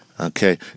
Okay